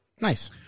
Nice